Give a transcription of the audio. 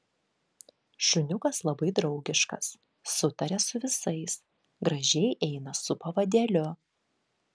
šuniukas labai draugiškas sutaria su visais gražiai eina su pavadėliu